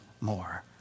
more